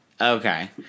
Okay